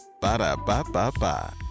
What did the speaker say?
Ba-da-ba-ba-ba